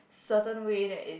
certain way that is